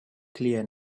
clear